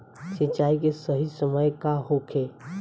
सिंचाई के सही समय का होखे?